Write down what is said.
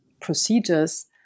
procedures